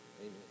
Amen